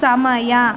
ಸಮಯ